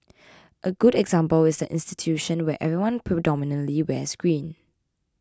a good example is the institution where everyone predominantly wears green